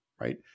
right